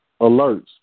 alerts